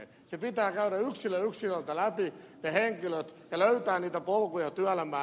pitää käydä yksilö yksilöltä läpi ne henkilöt ja löytää niitä polkuja työelämään